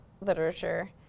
literature